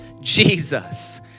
Jesus